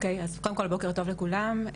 בוקר טוב לכולם,